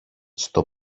στο